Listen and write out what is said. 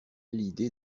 l’idée